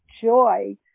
joy